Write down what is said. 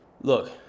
Look